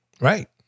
Right